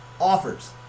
offers